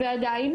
ועדיין,